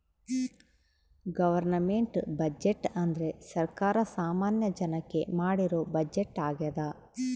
government budget ಅಂದ್ರೆ ಸರ್ಕಾರ ಸಾಮಾನ್ಯ ಜನಕ್ಕೆ ಮಾಡಿರೋ ಬಜೆಟ್ ಆಗ್ಯದ